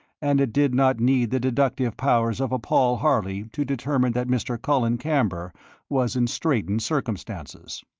and it did not need the deductive powers of a paul harley to determine that mr. colin camber was in straitened circumstances.